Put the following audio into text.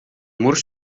mur